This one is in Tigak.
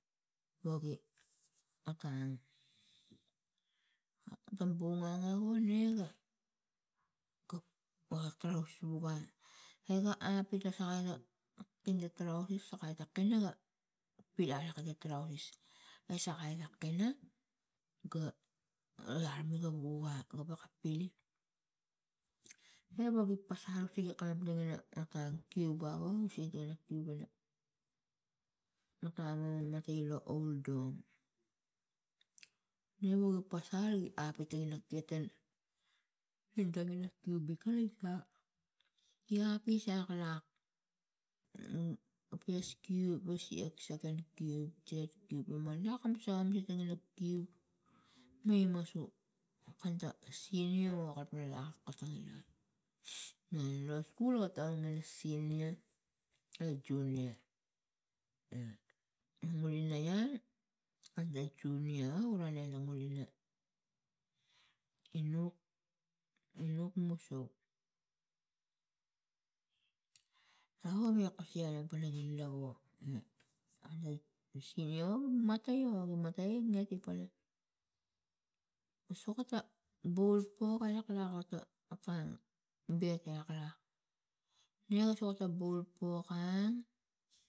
Pogi otang atom bugana evung ne ga ga oga trause gugun apita sakai ta kin ta trausis a sakai ta kina ga larim miga wo a gawek a pi e woge pasal tiga kalim tigina otang cube ba kong usege tina cube ina matang mam matai lo old dom ne woga pasal apetang ina ketan idong ina cube bikal isak iapis isak lak pas cube asiak seken cube tad cube manak kamusang mikani ina cube mai i masu kanta sinia o kalapang ina lak katung ina no lapul ga tokon ina sinia li junia e ngulina ian kata junia a ngulina inuk inuk musuk gao nuga kuse pana gi lovu ana sinia o ga matai o gi matai ne gi pala o sokota bulpok alek alak otang bek alak lak nia ga sok tang bol pok lang.